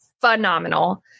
phenomenal